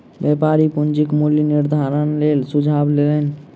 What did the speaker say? व्यापारी पूंजीक मूल्य निर्धारणक लेल सुझाव लेलैन